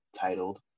titled